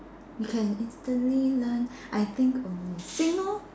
you can instantly learn I think err sing lor